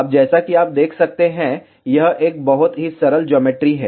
अब जैसा कि आप देख सकते हैं यह एक बहुत ही सरल ज्योमेट्री है